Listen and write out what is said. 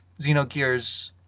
Xenogears